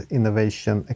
Innovation